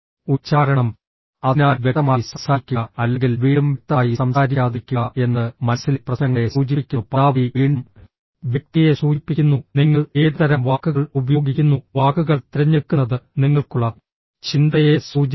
ഉച്ചാരണം അതിനാൽ വ്യക്തമായി സംസാരിക്കുക അല്ലെങ്കിൽ വീണ്ടും വ്യക്തമായി സംസാരിക്കാതിരിക്കുക എന്നത് മനസ്സിലെ പ്രശ്നങ്ങളെ സൂചിപ്പിക്കുന്നു പദാവലി വീണ്ടും വ്യക്തിയെ സൂചിപ്പിക്കുന്നു നിങ്ങൾ ഏതുതരം വാക്കുകൾ ഉപയോഗിക്കുന്നു വാക്കുകൾ തിരഞ്ഞെടുക്കുന്നത് നിങ്ങൾക്കുള്ള ചിന്തയെ സൂചിപ്പിക്കും